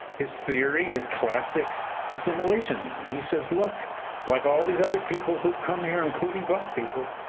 his theory is classic assimilationism. he says, look like all these other peoples who've come here, including black people,